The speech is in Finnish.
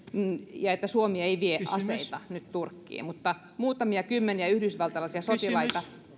ja että suomi ei vie aseita nyt turkkiin mutta muutamat kymmenet yhdysvaltalaiset sotilaat